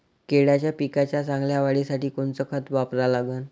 केळाच्या पिकाच्या चांगल्या वाढीसाठी कोनचं खत वापरा लागन?